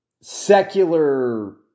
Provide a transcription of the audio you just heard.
secular